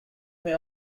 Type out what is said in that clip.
may